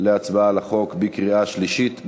להצבעה על החוק בקריאה שלישית.